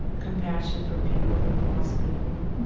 compassion for people who have lost people